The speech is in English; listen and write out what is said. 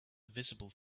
visible